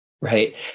Right